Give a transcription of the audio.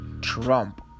Trump